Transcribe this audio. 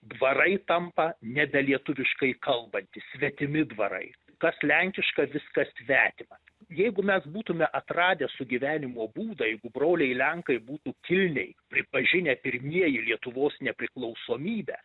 dvarai tampa nebe lietuviškai kalbantys svetimi dvarai kas lenkiška viskas svetima jeigu mes būtume atradę sugyvenimo būdą jeigu broliai lenkai būtų kilniai pripažinę pirmieji lietuvos nepriklausomybę